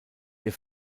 der